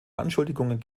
anschuldigungen